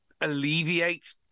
alleviate